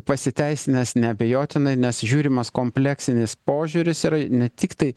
pasiteisinęs neabejotinai nes žiūrimas kompleksinis požiūris yra ne tiktai